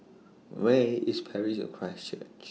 Where IS Parish of Christ Church